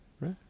right